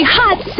hot